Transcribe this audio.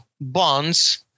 bonds